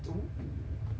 oo